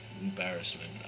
embarrassment